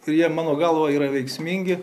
ir jie mano galva yra veiksmingi